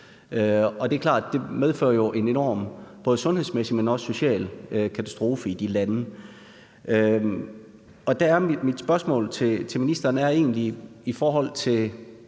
jo medfører en enorm både sundhedsmæssig, men også social katastrofe i de lande. Mit spørgsmål til ministeren er egentlig i forhold til